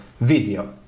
video